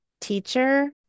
teacher